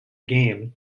game